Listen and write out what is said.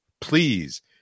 please